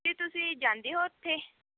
ਜੀ ਤੁਸੀਂ ਜਾਂਦੇ ਹੋ ਉੱਥੇ